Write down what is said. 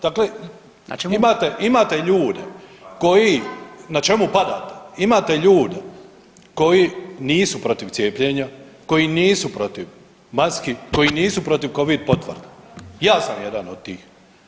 Dakle imate ljude koji, na čemu padate, imate ljude koji nisu protiv cijepljenja, koji nisu protiv maski, koji nisu protiv Covid potvrda, ja sam jedan od tih.